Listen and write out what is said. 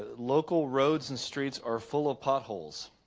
local roads and streets are full of potholes